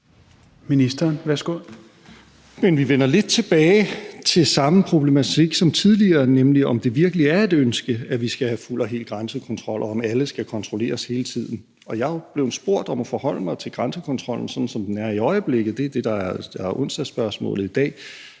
Jamen vi vender lidt tilbage til samme problematik, som tidligere, nemlig om det virkelig er et ønske, at vi skal have fuld og hel grænsekontrol, og om alle skal kontrolleres hele tiden. Og jeg er jo blevet spurgt om at forholde mig til grænsekontrollen, sådan som den er i øjeblikket – det er det, der er onsdagsspørgsmålet i dag